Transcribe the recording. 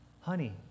Honey